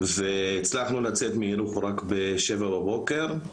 והצלחנו לצאת מיריחו רק בשבע בבוקר,